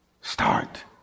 Start